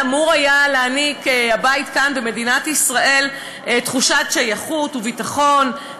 אמור היה להעניק הבית כאן במדינת ישראל תחושת שייכות וביטחון,